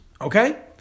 Okay